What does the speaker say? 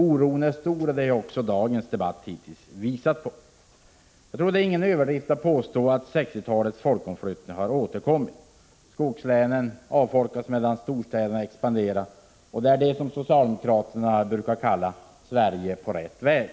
Oron är stor, och även det har dagens debatt hittills visat. Det är nog ingen överdrift att påstå att 1960-talets folkomflyttning är tillbaka. Skogslänen avfolkas medan storstäderna expanderar. Om detta brukar socialdemokraterna säga: Sverige är på rätt väg.